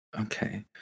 okay